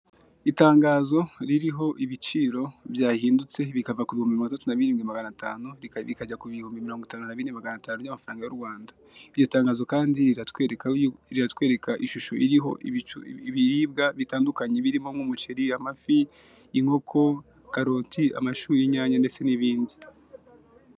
Itangazo ririho ibiciro byahindutse bikava ku bihimbi mirongo itandatu na birindwi maganatanu bikajya ku bihumbi mirongo itanu na bine maganatanu by'amafaranga y' u Rwanda. Iryo tangazo kandi riratwereka ishusho iriho ibiribwa bitandukanye birimo nk'umuceri, amafi, inkoko, karoti, amashu, inyanya ndetse n'ibindi.